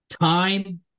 Time